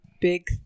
big